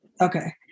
Okay